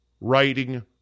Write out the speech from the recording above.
Writing